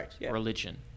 religion